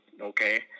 okay